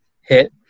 hit